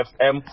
fm